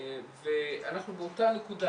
ואנחנו באותה נקודה,